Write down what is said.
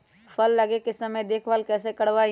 फल लगे के समय देखभाल कैसे करवाई?